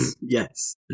Yes